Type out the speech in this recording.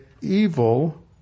evil